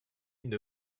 une